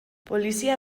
polizia